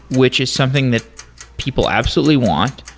which is something that people absolutely want.